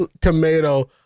tomato